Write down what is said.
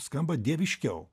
skamba dieviškiau